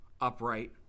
upright